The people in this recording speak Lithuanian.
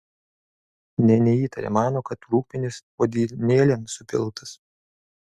nė neįtaria mano kad rūgpienis puodynėlėn supiltas